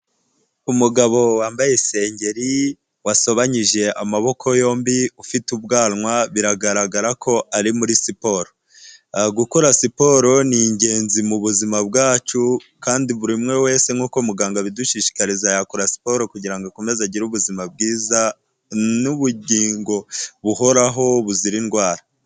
Umugabo wambaye isengeri wasobanyije amaboko yombi ufite ubwanwa, biragaragara ko ari muri siporo, gukora siporo ni ingenzi mu buzima bwacu kandi buri umwe wese nk'uko muganga abidushishikariza yakora siporo kugira ngo akomeze agire ubuzima bwiza n'ubugingo buhoraho buzira indwara.